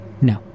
No